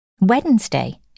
Wednesday